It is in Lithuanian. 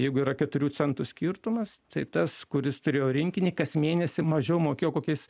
jeigu yra keturių centų skirtumas tai tas kuris turėjo rinkinį kas mėnesį mažiau mokėjo kokiais